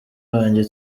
wanjye